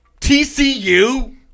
TCU